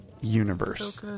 universe